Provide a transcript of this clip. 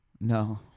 No